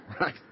Right